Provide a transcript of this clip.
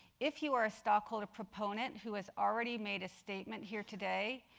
if you are a stockholder proponent who has already made a statement here today,